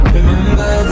Remember